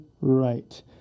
right